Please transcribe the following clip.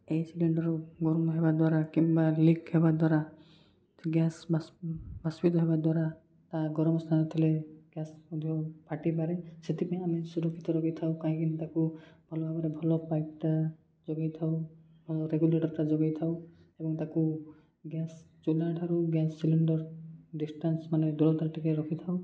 ଏହି ସିଲିଣ୍ଡର୍ ଗରମ ହେବା ଦ୍ୱାରା କିମ୍ବା ଲିକ୍ ହେବା ଦ୍ୱାରା ଗ୍ୟାସ୍ ବା ବାଷ୍ପୀତ ହେବା ଦ୍ୱାରା ତା ଗରମ ସ୍ଥାନ ଥିଲେ ଗ୍ୟାସ୍ ମଧ୍ୟ ଫାଟିପାରେ ସେଥିପାଇଁ ଆମେ ସୁରକ୍ଷିତ ରଖିଥାଉ କାହିଁକିନା ତାକୁ ଭଲ୍ ଭାବରେ ଭଲ ପାଇପ୍ଟା ଯୋଗେଇ ଥାଉ ଭଲ ରେଗୁଲେଟର୍ଟା ଯୋଗେଇ ଥାଉ ଏବଂ ତାକୁ ଗ୍ୟାସ୍ ଚୁଲା ଠାରୁ ଗ୍ୟାସ୍ ସିଲିଣ୍ଡର୍ ଡିଷ୍ଟାନ୍ସ ମାନେ ଦୂରନ୍ତରେ ଟିକେ ରଖିଥାଉ